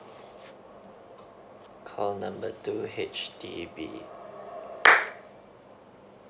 call number two H_D_B